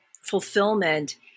fulfillment